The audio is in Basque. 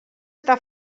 eta